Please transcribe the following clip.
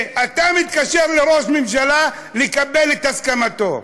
אתה מתקשר לראש הממשלה לקבל את הסכמתו,